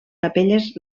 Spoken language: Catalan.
capelles